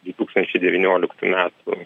du tūkstančiai devynioliktų metų